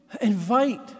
invite